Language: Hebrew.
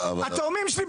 התאומים שלי,